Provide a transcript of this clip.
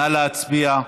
נא להצביע.